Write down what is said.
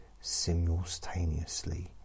simultaneously